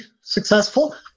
successful